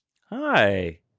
Hi